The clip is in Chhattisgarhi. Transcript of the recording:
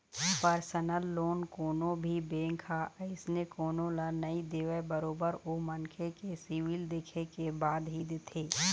परसनल लोन कोनो भी बेंक ह अइसने कोनो ल नइ देवय बरोबर ओ मनखे के सिविल देखे के बाद ही देथे